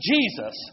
Jesus